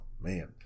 man